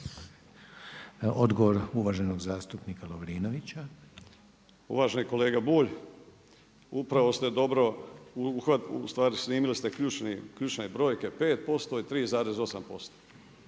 Ivan (Promijenimo Hrvatsku)** Uvaženi kolega Bulj, upravo ste dobro, u stvari snimili ste ključne brojke 5% i 3,8%.